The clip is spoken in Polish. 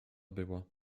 było